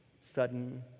Sudden